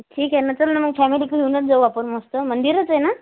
ठीक आहे ना चल ना मग फॅमिली घेऊनच जाऊ आपण मस्त मंदिरच आहे ना